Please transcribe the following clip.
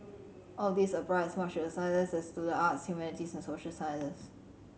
all of these apply as much to the sciences as to the arts humanities and social sciences